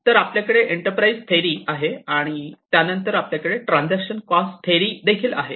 तर आपल्याकडे enterprise theory आहे आणि त्यानंतर आपल्याकडे ट्रांजेक्शन कॉस्ट थेअरी आहे